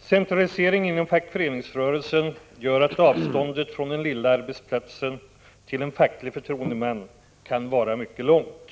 Centraliseringen inom fackföreningsrörelsen gör att avståndet från den lilla arbetsplatsen till en facklig förtroendeman kan vara mycket långt.